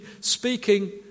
speaking